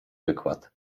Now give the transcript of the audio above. wykład